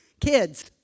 kids